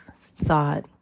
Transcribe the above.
thought